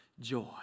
joy